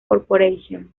corporation